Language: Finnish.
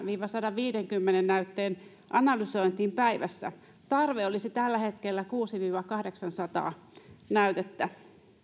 viiva sataanviiteenkymmeneen näytteen analysointiin päivässä tarve olisi tällä hetkellä kuusisataa viiva kahdeksansataa näytettä